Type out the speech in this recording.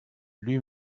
lui